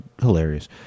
hilarious